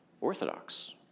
orthodox